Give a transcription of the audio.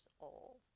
old